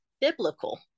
biblical